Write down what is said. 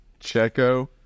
Checo